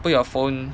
put your phone